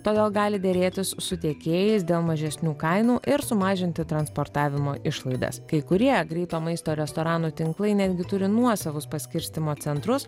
todėl gali derėtis su tiekėjais dėl mažesnių kainų ir sumažinti transportavimo išlaidas kai kurie greito maisto restoranų tinklai netgi turi nuosavus paskirstymo centrus